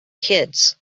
kids